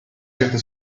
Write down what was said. certa